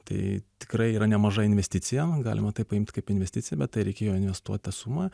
tai tikrai yra nemaža investicija galima tai paimt kaip investiciją bet tai reikėjo investuot tą sumą